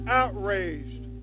outraged